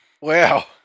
Wow